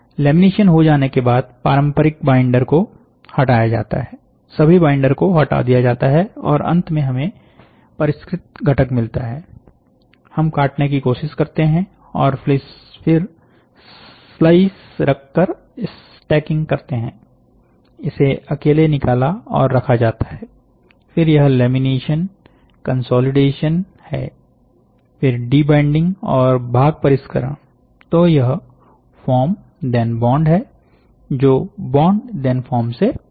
lamination हो जाने के बाद पारंपरिक बाइंडर को हटाया जाता है सभी बाइंडर को हटा दिया जाता है और अंत में हमें परिष्कृत घटक मिलता है हम काटने की कोशिश करते हैं और फिर स्लाइस रख कर स्टैकिंग करते हैं इसे अकेले निकाला और रखा जाता है फिर यह लेमिनेशन कंसोलिडेशन Consolidation है फिर डिबाइंडिंग और भाग परिष्करण तो यह फॉर्म धेन बॉन्ड है जो बॉन्ड धेन फॉर्म से अलग है